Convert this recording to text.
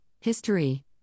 History